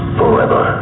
forever